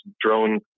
drone